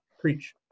preach